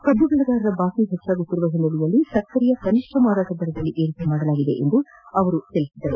ಕಬ್ಬು ಬೆಳಗಾರರ ಬಾಕಿ ಪೆಚ್ಚುತ್ತಿರುವ ಹಿನ್ನೆಲೆಯಲ್ಲಿ ಸಕ್ಕರೆಯ ಕನಿಷ್ಠ ಮಾರಾಟ ದರದಲ್ಲಿ ಏರಿಕೆ ಮಾಡಲಾಗಿದೆ ಎಂದು ಅವರು ತಿಳಿಸಿದರು